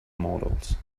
models